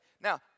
Now